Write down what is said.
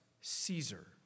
Caesar